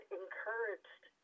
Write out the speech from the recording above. encouraged